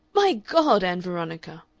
my god! ann veronica,